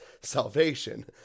salvation